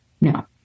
no